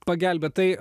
pagelbėt tai